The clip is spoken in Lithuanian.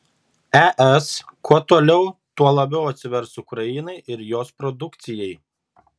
es kuo toliau tuo labiau atsivers ukrainai ir jos produkcijai